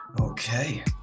Okay